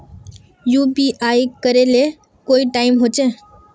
UPI करे ले कोई टाइम होचे?